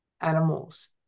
animals